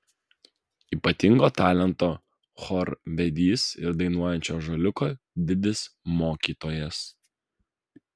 ypatingo talento chorvedys ir dainuojančio ąžuoliuko didis mokytojas